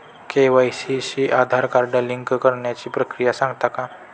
KYC शी Aadhaar card link करण्याची प्रक्रिया सांगता का?